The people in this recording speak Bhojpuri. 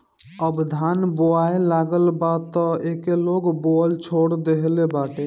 अब धान बोआए लागल बा तअ एके लोग बोअल छोड़ देहले बाटे